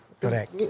Correct